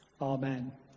Amen